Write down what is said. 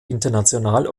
international